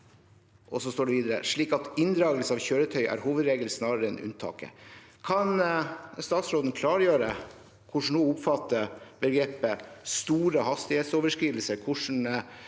slik at inndragelse av kjøretøy er hovedregel snarere enn unntaket.» Kan statsråden klargjøre hvordan hun oppfatter begrepet «store hastighetsoverskridelser»,